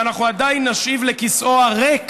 ואנחנו עדיין נשיב לכיסאו הריק